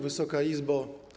Wysoka Izbo!